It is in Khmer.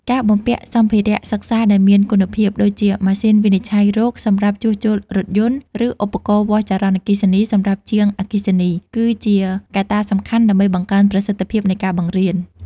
ការបំពាក់សម្ភារៈសិក្សាដែលមានគុណភាព ដូចជាម៉ាស៊ីនវិនិច្ឆ័យរោគសម្រាប់ជួសជុលរថយន្ត ឬឧបករណ៍វាស់ចរន្តអគ្គិសនីសម្រាប់ជាងអគ្គិសនី គឺជាកត្តាសំខាន់ដើម្បីបង្កើនប្រសិទ្ធភាពនៃការបង្រៀន។